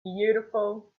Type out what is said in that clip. beautiful